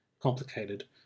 complicated